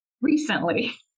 recently